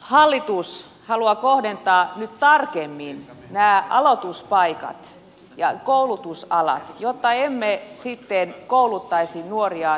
hallitus haluaa kohdentaa nyt tarkemmin nämä aloituspaikat ja koulutusalat jotta emme sitten kouluttaisi nuoria työttömiksi